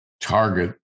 target